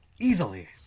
Easily